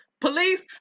Police